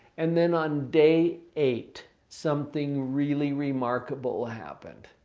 and then on day eight, something really remarkable happened.